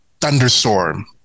thunderstorm